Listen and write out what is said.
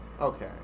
Okay